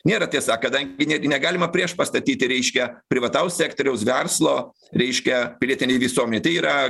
nėra tiesa kadangi netgi negalima prieš pastatyti reiškia privataus sektoriaus verslo reiškia pilietinei visuomenei tai yra